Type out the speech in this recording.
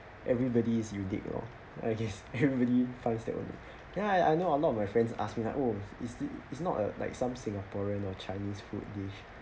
everybody is unique lor I guess everybody finds that only ya I I know a lot of my friends ask me like oh is thi~ it's not a like some singaporean or chinese food dish